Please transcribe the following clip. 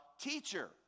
Teacher